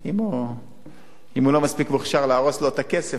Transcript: אם הוא לא מספיק מוכשר להרוס לו את הכסף,